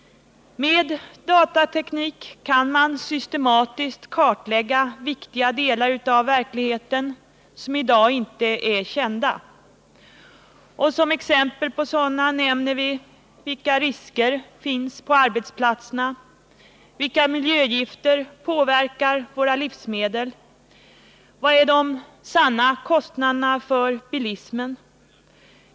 Med datateknik kan man systematiskt kartlägga viktiga delar av verkligheten som i dag inte är kända. Exempel på sådana frågor är: Vilka risker finns på arbetsplatserna? Vilka miljögifter påverkar våra livsmedel? Vilka är de sanna kostnaderna för bilismen?